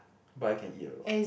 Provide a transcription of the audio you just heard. but I can eat a lot